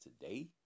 today